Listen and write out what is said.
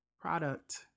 product